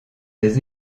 des